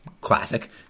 Classic